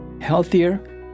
healthier